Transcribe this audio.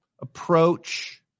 Approach